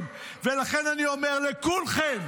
לעזאזל --- למה אתה לוקח את זה עליך?